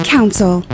Council